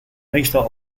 meestal